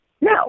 No